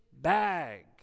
bag